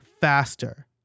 faster